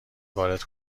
وارد